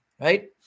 Right